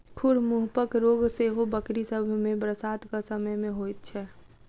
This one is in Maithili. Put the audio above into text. खुर मुँहपक रोग सेहो बकरी सभ मे बरसातक समय मे होइत छै